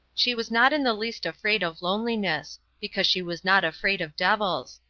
she was not in the least afraid of loneliness, because she was not afraid of devils.